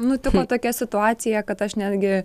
nutiko tokia situacija kad aš netgi